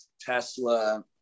Tesla